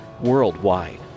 worldwide